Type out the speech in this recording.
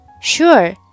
Sure